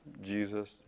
Jesus